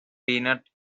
peanut